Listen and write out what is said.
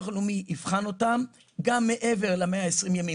הלאומי יבחן אותם גם מעבר ל-120 ימים,